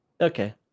okay